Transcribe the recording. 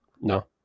no